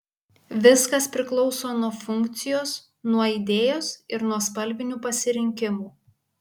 viskas priklauso nuo funkcijos nuo idėjos ir nuo spalvinių pasirinkimų